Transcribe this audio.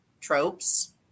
tropes